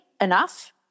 enough